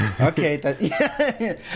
okay